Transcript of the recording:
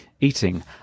eating